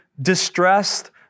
distressed